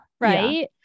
Right